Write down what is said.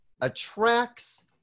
attracts